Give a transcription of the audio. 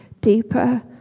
Deeper